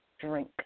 drink